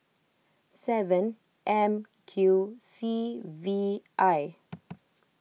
seven M Q C V I